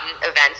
events